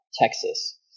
Texas